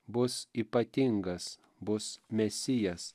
bus ypatingas bus mesijas